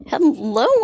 Hello